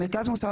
מרכז "מוסאוא",